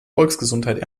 volksgesundheit